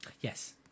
Yes